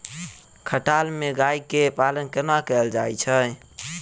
खटाल मे गाय केँ पालन कोना कैल जाय छै?